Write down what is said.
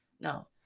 no